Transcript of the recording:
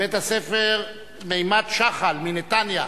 מבית-הספר ממ"ד שח"ל בנתניה.